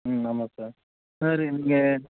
ம் ஆமாம் sir sir இங்கே